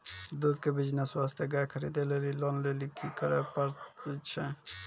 दूध के बिज़नेस वास्ते गाय खरीदे लेली लोन लेली की करे पड़ै छै?